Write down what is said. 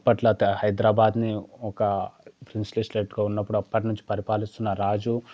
అప్పట్లో తే హైదరాబాద్ని ఒక ప్రిన్స్లీ స్టేట్గా ఉన్నప్పుడు అప్పడి నుంచి పరిపాలిస్తున్న రాజు